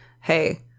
hey